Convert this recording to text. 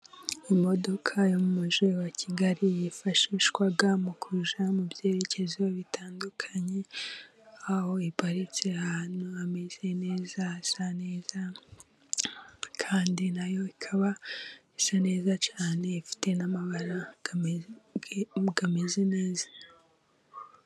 Imodoka yo mu mujyi wa Kigali yifashishwa mu kujya mu byerekezo bitandukanye, aho iparitse ahantu hameze neza hasa neza, kandi nayo ikaba isa neza cyane, ifite n'amabara ameze neza.